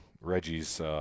Reggie's